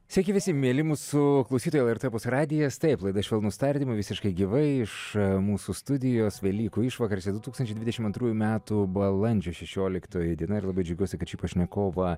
sveiki visi mieli mūsų klausytojai lrt opus radijas taip laida švelnūs tardymai visiškai gyvai iš mūsų studijos velykų išvakarėse du tūkstančiai dvidešim antrųjų metų balandžio šešioliktoji diena ir labai džiaugiuosi kad šį pašnekovą